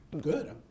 Good